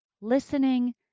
listening